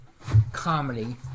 comedy